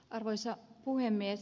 arvoisa puhemies